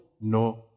No